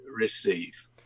receive